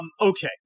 Okay